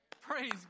Praise